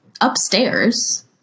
upstairs